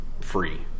free